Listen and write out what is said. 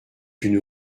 une